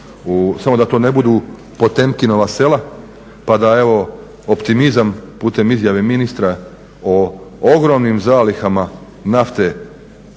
samo da to ne budu Potemkinova sela pa da evo optimizam putem izjave ministra o ogromnim zalihama nafte